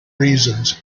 reasons